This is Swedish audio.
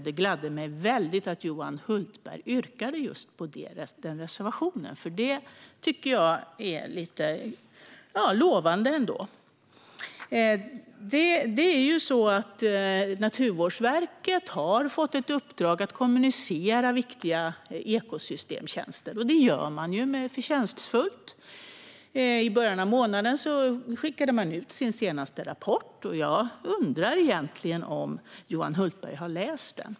Det gladde mig väldigt att Johan Hultberg yrkade bifall till just den reservationen, för det tycker jag är lite lovande. Naturvårdsverket har fått ett uppdrag att kommunicera viktiga ekosystemtjänster, och det gör man förtjänstfullt. I början av månaden skickade man ut sin senaste rapport. Jag undrar om Johan Hultberg har läst den.